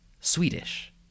Swedish